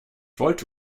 wollte